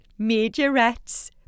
Majorettes